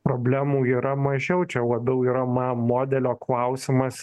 problemų yra mažiau čia labiau yra ma modelio klausimas